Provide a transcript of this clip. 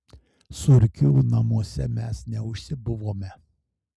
surkių namuose mes neužsibuvome